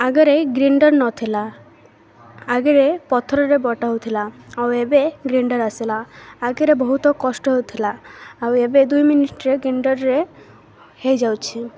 ଆଗରେ ଗ୍ରାଇଣ୍ଡର୍ ନଥିଲା ଆଗରେ ପଥରରେ ବଟାହେଉଥିଲା ଆଉ ଏବେ ଗ୍ରାଇଣ୍ଡର୍ ଆସିଲା ଆଗରେ ବହୁତ କଷ୍ଟ ହେଉଥିଲା ଆଉ ଏବେ ଦୁଇ ମିନିଟ୍ରେ ଗ୍ରାଇଣ୍ଡର୍ରେ ହେଇଯାଉଛି